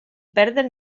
perden